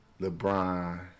LeBron